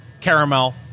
caramel